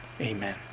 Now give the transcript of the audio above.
Amen